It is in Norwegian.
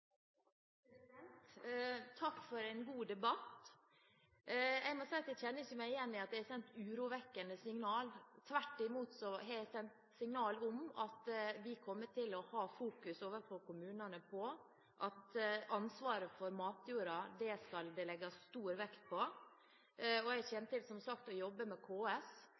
siste. Takk for en god debatt. Jeg må si at jeg ikke kjenner meg igjen i at jeg har sendt urovekkende signaler. Tvert imot har jeg sendt signaler om at vi overfor kommunene kommer til å fokusere på at det skal legges stor vekt på ansvaret for matjorda. Jeg kommer som sagt til å jobbe med KS.